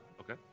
Okay